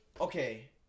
Okay